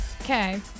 Okay